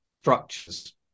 structures